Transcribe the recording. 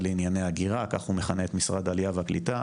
לענייני הגירה" כך הוא מכנה את משרד העלייה והקליטה.